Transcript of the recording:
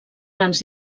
grans